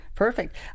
Perfect